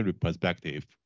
perspective